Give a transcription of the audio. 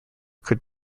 could